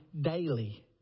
daily